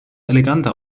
eleganter